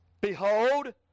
Behold